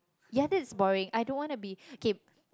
yeah that's boring I don't want to be K